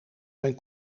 zijn